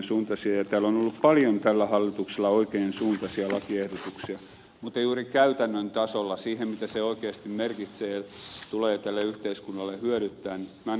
tällä hallituksella on ollut paljon oikean suuntaisia lakiehdotuksia mutta juuri käytännön tasolla mitä se oikeasti merkitsee ja tulee tälle yhteiskunnalle hyödyttämään en ole sitä oikein kokenut